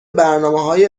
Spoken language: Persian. برنامههای